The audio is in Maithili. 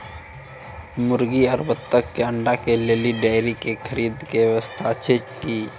मुर्गी आरु बत्तक के अंडा के लेल डेयरी के खरीदे के व्यवस्था अछि कि?